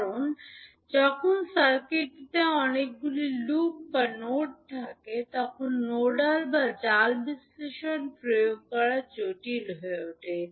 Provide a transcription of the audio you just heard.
কারণ যখন সার্কিটটিতে অনেকগুলি লুপ বা নোড থাকে তখন নোডাল বা জাল বিশ্লেষণ প্রয়োগ করা জটিল হয়ে ওঠে